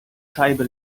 scheibe